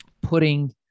putting